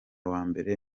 wambere